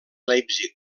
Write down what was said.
leipzig